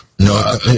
No